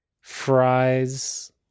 fries